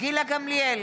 גילה גמליאל,